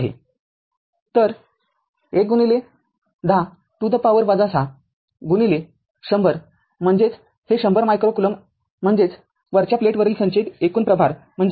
तर११० to the power ६ १०० म्हणजेच १०० micro coulomb म्हणजेच वरच्या प्लेटवर संचयित एकूण प्रभार C१आहे